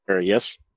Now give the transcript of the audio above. Yes